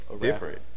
different